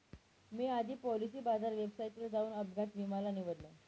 मी आधी Policybazaar वेबसाईटवर जाऊन अपघात विमा ला निवडलं